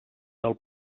del